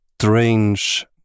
strange